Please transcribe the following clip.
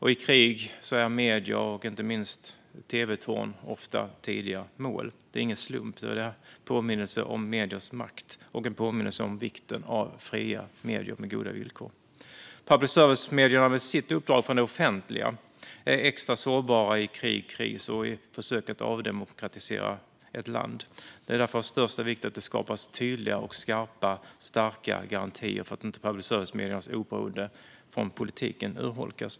I krig är medier och inte minst tv-torn ofta tidiga mål, och det är ingen slump. Det är en påminnelse om mediers makt och om vikten av fria medier med goda villkor. Public service-medierna är med sitt uppdrag från det offentliga extra sårbara i krig, kris och försök att avdemokratisera ett land. Det är därför av största vikt att det skapas tydliga och skarpa, starka garantier för att public service-mediernas oberoende från politiken inte urholkas.